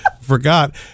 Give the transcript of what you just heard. forgot